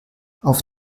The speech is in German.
auf